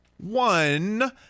one